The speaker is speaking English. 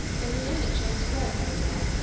in the end it shall spread, no doubt,